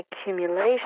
accumulation